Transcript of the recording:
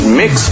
mix